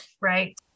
Right